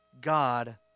God